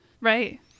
Right